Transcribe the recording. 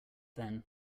then